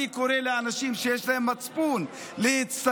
אני קורא לאנשים שיש להם מצפון להצטרף.